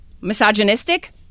Misogynistic